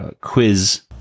quiz